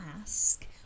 ask